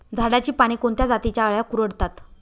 झाडाची पाने कोणत्या जातीच्या अळ्या कुरडतात?